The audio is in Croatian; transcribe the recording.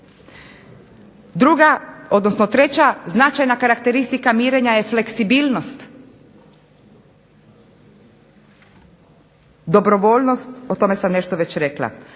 Druga, odnosno treća značajna karakteristika mirenja je fleksibilnost. Dobrovoljnost o tome sam već nešto rekla.